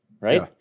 Right